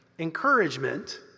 encouragement